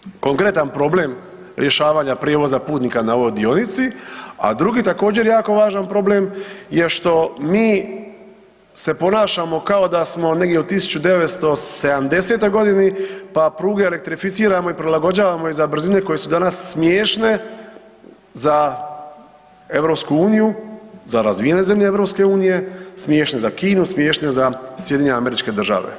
Ponovit ću, konkretan problem rješavanja prijevoza putnika na ovoj dionici, a drugi također jako važan problem je što mi se ponašamo kao da smo negdje u 1970.-toj godini, pa pruge elektrificiramo i prilagođavamo ih za brzine koje su danas smiješne za EU, za razvijene zemlje EU smiješne za Kinu, smiješne za SAD.